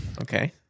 okay